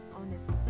honest